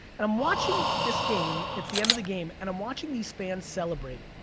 and i'm watching this game. it's the end of the game, and i'm watching these fans celebrate.